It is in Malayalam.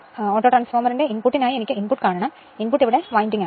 ഓട്ടോട്രാൻസ്ഫോർമർ inputനായി എനിക്ക് input കാണണം input ഇവിടെ winding ആണ്